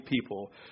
people